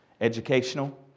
educational